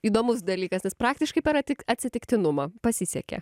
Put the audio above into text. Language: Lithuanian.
įdomus dalykas nes praktiškai pera tik atsitiktinumą pasisekė